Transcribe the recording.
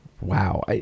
Wow